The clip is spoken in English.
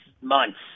months